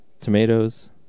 tomatoes